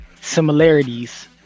similarities